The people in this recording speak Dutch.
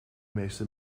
meeste